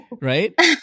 Right